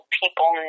people